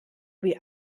wie